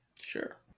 Sure